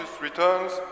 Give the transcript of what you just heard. returns